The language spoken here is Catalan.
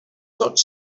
tots